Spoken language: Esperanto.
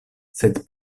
sed